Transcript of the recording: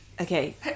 Okay